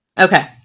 Okay